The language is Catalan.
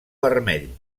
vermell